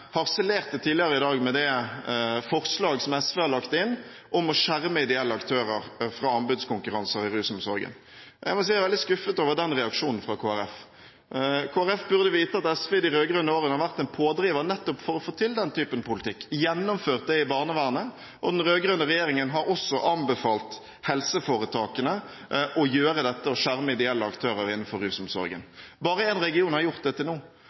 harselerte tidligere i dag over det forslaget som SV har lagt inn om å skjerme ideelle aktører fra anbudskonkurranser i rusomsorgen. Jeg må si at jeg er veldig skuffet over den reaksjonen fra Kristelig Folkeparti. Kristelig Folkeparti burde vite at SV i de rød-grønne årene har vært en pådriver nettopp for å få til den typen politikk, gjennomført det i barnevernet, og den rød-grønne regjeringen har også anbefalt helseforetakene å gjøre dette og skjerme ideelle aktører innenfor rusomsorgen. Bare en region har gjort det til nå.